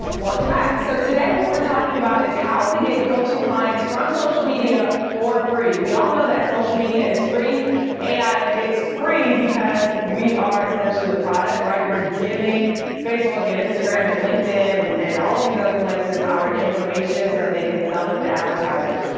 welcome back. so today what we're talking about is how to get coaching clients from social media for free. we all know that social media is free and it's free because we are essentially the product, right? we're giving facebook and instagram and linkedin and and all of these other places, our information so that they can sell them to advertisers.